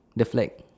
the flag